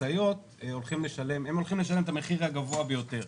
משאיות הולכות לשלם את המחיר הגבוה ביותר.